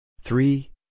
Three